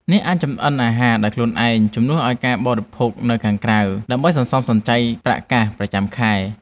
អ្នកអាចចម្អិនអាហារដោយខ្លួនឯងជំនួសឱ្យការបរិភោគនៅខាងក្រៅដើម្បីសន្សំសំចៃប្រាក់កាសប្រចាំខែ។